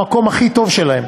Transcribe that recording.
המקום הכי טוב שלהן